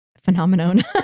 Phenomenon